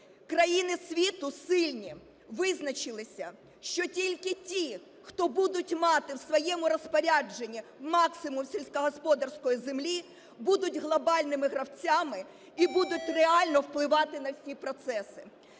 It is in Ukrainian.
Країни світу сильні визначилися, що тільки ті, хто будуть мати в своєму розпорядженні максимум сільськогосподарської землі, будуть глобальними гравцями і будуть реально впливати на всі процеси.